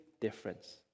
difference